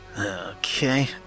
Okay